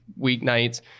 weeknights